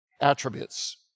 attributes